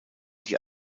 die